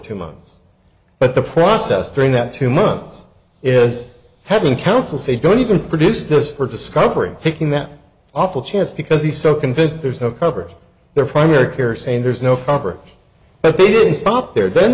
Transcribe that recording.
two months but the process during that two months is having counsel say don't even produce this for discovery taking that awful chance because he's so convinced there's no cover their primary care saying there's no cover but they didn't stop there then